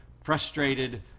Frustrated